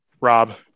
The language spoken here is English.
Rob